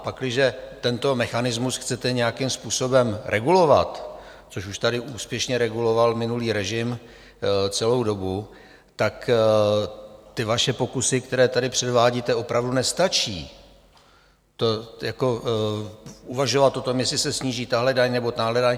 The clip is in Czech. Pakliže tento mechanismus chcete nějakým způsobem regulovat což už tady úspěšně reguloval minulý režim celou dobu tak ty vaše pokusy, které tady předvádíte, opravdu nestačí, uvažovat o tom, jestli se sníží tahle daň, nebo tahle daň.